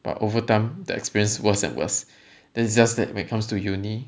but over time the experience worse and worse than just that when it comes to uni